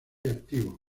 activo